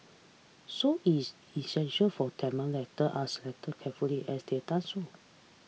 so it's essential for Tamil letter are select carefully as they've done so